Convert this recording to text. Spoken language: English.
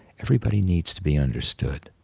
everybody needs to be understood.